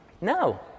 No